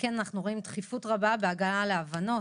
לכן אנחנו רואים דחיפות רבה בהגעה להבנות